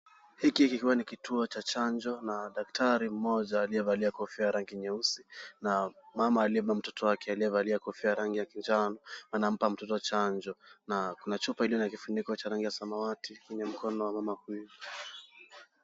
Hiki kikiwa ni kituo cha chanjo na daktari mmoja aliyevalia kofia ya rangi nyeusi na mama aliyebeba mtoto wake aliyevalia kofia ya kinjano anampa mtoto chanjo na kuna chupa iliyo na kifiniko cha rangi ya samawati kwenye mkono wa mama huyu.